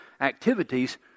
activities